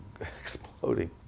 exploding